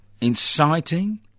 Inciting